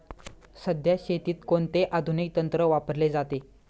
सध्या शेतीत कोणते आधुनिक तंत्र वापरले जाते?